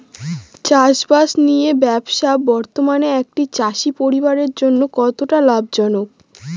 চাষবাষ নিয়ে ব্যবসা বর্তমানে একটি চাষী পরিবারের জন্য কতটা লাভজনক?